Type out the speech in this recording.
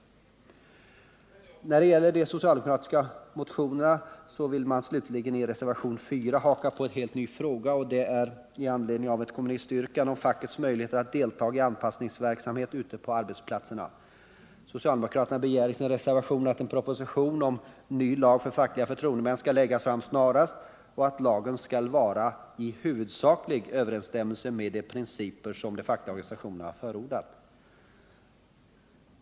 När det slutligen gäller de socialdemokratiska motionerna är att säga att man i reservationen 4 vill haka på en helt ny fråga, och detta med anledning av ett kommunistyrkande om fackets möjlighet att delta i anpassningsverksamhet ute på arbetsplatserna. Socialdemokraterna begär i sin reservation att en proposition om ny lag om fackliga förtroendemän skall läggas fram snarast och att lagen skall vara i huvudsaklig överensstämmelse med de principer som de fackliga organisationerna har förordat.